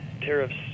tariffs